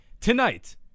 Tonight